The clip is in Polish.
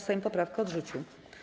Sejm poprawkę odrzucił.